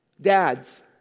Dads